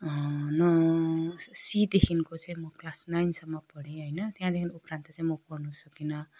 न सिदेखिको चाहिँ म क्लास नाइनसम्म पढेँ होइन त्यहाँदेखि उपरान्त पढ्नु सकिनँ